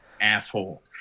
asshole